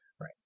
Right